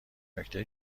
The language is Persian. نکته